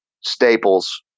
staples